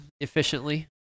efficiently